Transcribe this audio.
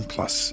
Plus